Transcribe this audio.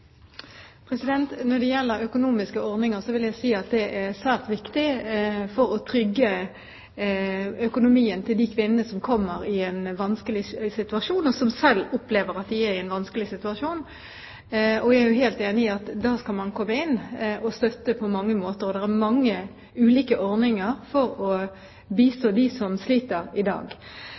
Når det gjelder økonomiske ordninger, vil jeg si at det er svært viktig for å trygge økonomien til de kvinnene som kommer i en vanskelig situasjon, og som selv opplever at de er i en vanskelig situasjon. Jeg er helt enig i at da skal man komme inn og støtte på mange måter, og det er mange ulike ordninger for å bistå dem som sliter i dag.